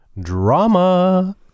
Drama